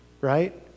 right